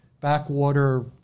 backwater